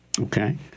Okay